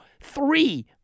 three